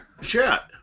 chat